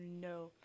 no